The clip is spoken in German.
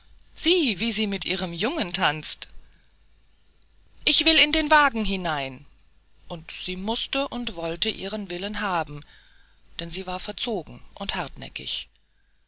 sieh wie sie mit ihrem jungen tanzt ich will in den wagen hinein und sie mußte und wollte ihren willen haben denn sie war verzogen und hartnäckig